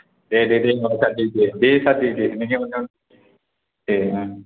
दे होनबालाय सार दे सार दे नोंनि अन्नायावनो दे